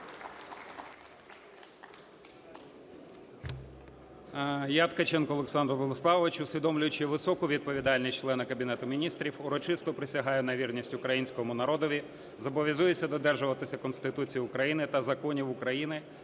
Я, Ткаченко Олександр Владиславович, усвідомлюючи високу відповідальність члена Кабінету Міністрів, урочисто присягаю на вірність Українському народові. Зобов'язуюся додержуватися Конституції України та законів України,